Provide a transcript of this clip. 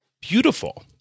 beautiful